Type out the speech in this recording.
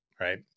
right